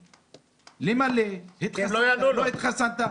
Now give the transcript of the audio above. לכל המורים למלא האם התחסנת או לא התחסנת?